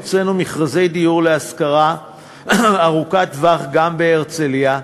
הוצאנו מכרזי דיור להשכרה ארוכת טווח גם בהרצלייה,